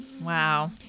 Wow